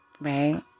right